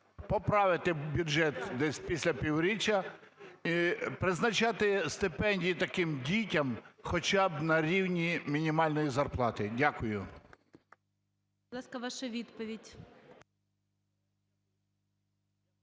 поправити бюджет десь після півріччя і призначати стипендії таким дітям хоча б на рівні мінімальної зарплати? Дякую.